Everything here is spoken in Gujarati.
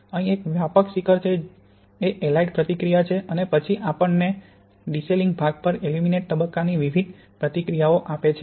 અહીં એક વ્યાપક શિખર છે એ એલાઇટ પ્રતિક્રિયા છે અને પછી આપણને ડિસેલીંગ ભાગ પર એલ્યુમિનેટ તબક્કાની વિવિધ પ્રતિક્રિયાઓ આપે છે